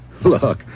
Look